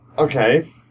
okay